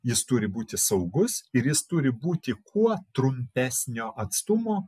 jis turi būti saugus ir jis turi būti kuo trumpesnio atstumo